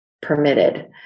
permitted